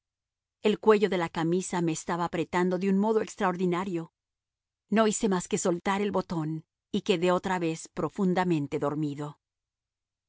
el cuello de la camisa me estaba apretando de un modo extraordinario no hice más que soltar el botón y quedé otra vez profundamente dormido